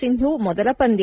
ಸಿಂಧು ಮೊದಲ ಪಂದ್ಯ